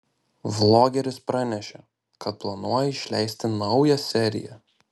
vlogeris pranešė kad planuoja išleisti naują seriją